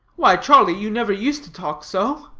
why, charlie, you never used to talk so.